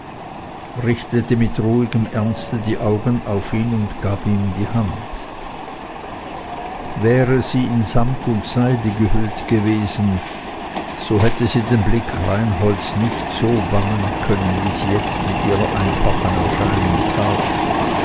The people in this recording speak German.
richtete mit ruhigem ernste die augen auf ihn und gab ihm die hand wäre sie in sammet und seide gehüllt gewesen so hätte sie den blick reinholds nicht so bannen können wie sie jetzt mit ihrer einfachen erscheinung tat